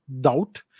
doubt